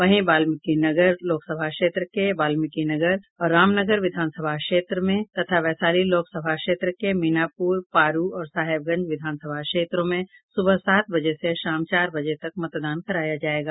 वहीं वाल्मीकिनगर लोकसभा क्षेत्र के वाल्मीकिनगर और रामनगर विधानसभा क्षेत्र में तथा वैशाली लोकसभा क्षेत्र के मीनापुर पारू और साहेबगंज विधानसभा क्षेत्रों में सुबह सात बजे से शाम चार बजे तक मतदान कराया जायेगा